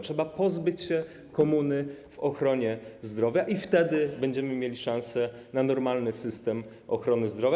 Trzeba pozbyć się komuny w ochronie zdrowia i wtedy będziemy mieli szansę na normalny system ochrony zdrowia.